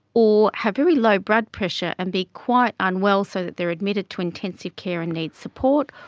or have very low blood pressure and be quite unwell so that they are admitted to intensive care and need support,